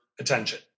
attention